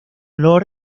olor